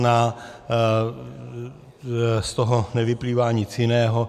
Z toho nevyplývá nic jiného.